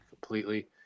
Completely